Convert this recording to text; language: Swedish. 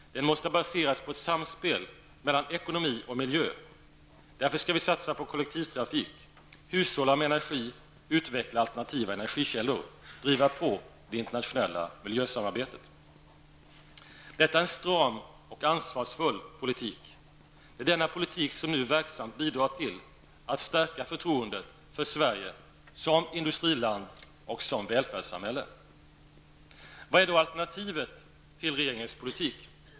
Den måste baseras på samspel mellan ekonomi och miljö. Vi skall därför satsa på kollektivtrafik, hushålla med energi, utveckla alternativa energikällor och driva på det internationella miljösamarbetet. Detta är en stram och ansvarsfull politik. Det är denna politik som nu verksamt bidrar till att stärka förtroendet för Sverige, som industriland och som välfärdssamhälle. Vad är då alternativet till regeringens politik?